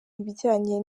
ibijyanye